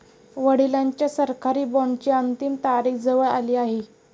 वडिलांच्या सरकारी बॉण्डची अंतिम तारीख जवळ आली आहे